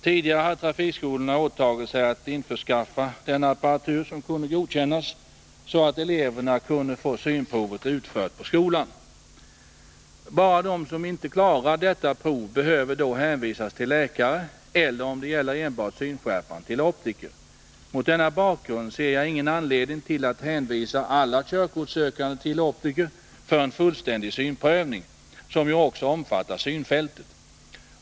Tidigare hade trafikskolorna åtagit sig att skaffa den apparatur som kunde godkännas, så att eleverna kunde få synprovet utfört på skolan. Bara de som inte klarar detta prov behöver då hänvisas till läkare eller — om det gäller enbart synskärpan -— till optiker. Mot denna bakgrund ser jag ingen anledning till att hänvisa alla körkortssökande till optiker för en fullständig synprövning, som ju också omfattar synfältet.